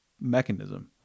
mechanism